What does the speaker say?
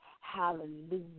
Hallelujah